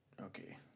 Okay